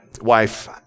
wife